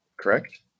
correct